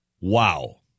Wow